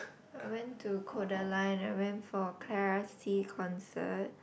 I went to Kodaline I went for concert